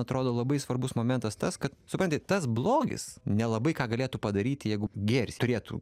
atrodo labai svarbus momentas tas kad supranti tas blogis nelabai ką galėtų padaryti jeigu gėris turėtų